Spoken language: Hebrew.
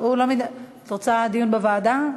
את רוצה דיון בוועדה?